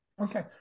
okay